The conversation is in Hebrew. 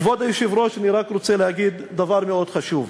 כבוד היושב-ראש, אני רק רוצה להגיד דבר מאוד חשוב: